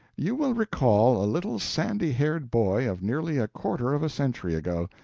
you will recall a little sandy haired boy of nearly a quarter of a century ago,